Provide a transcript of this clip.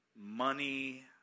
money